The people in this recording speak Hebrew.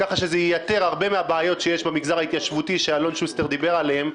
כך שזה ייתר הרבה מהבעיות שיש במגזר ההתיישבותי שאלון שוסטר דיבר עליו.